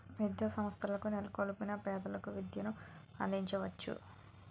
విద్యాసంస్థల నెలకొల్పి పేదలకు విద్యను అందించవచ్చు